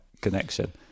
connection